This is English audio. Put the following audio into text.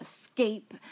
escape